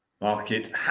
Market